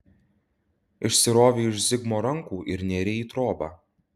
išsirovei iš zigmo rankų ir nėrei į trobą